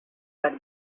had